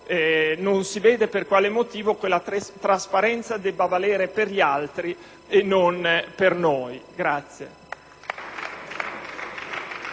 Non si vede per quale motivo quella trasparenza debba valere per gli altri e non per noi.